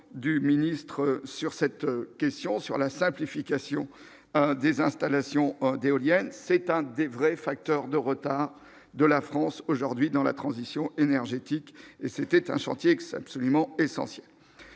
du ministre sur cette question sur la simplification des installations d'éoliennes, c'est un des vrais facteurs de retard de la France aujourd'hui dans la transition énergétique et c'était un chantier ex-absolument essentiel,